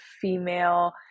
female